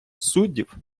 суддів